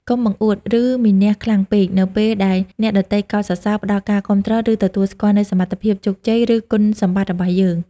កុំបង្អួត ឬមានៈខ្លាំងពេក នៅពេលដែលអ្នកដទៃកោតសរសើរ ផ្តល់ការគាំទ្រ ឬទទួលស្គាល់នូវសមត្ថភាព ជោគជ័យ ឬគុណសម្បត្តិរបស់យើង។